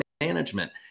management